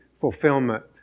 fulfillment